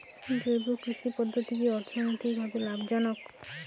জৈব কৃষি পদ্ধতি কি অর্থনৈতিকভাবে লাভজনক?